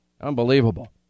Unbelievable